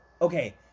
Okay